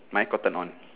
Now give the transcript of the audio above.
mine Cotton On